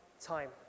time